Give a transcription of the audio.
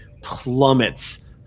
plummets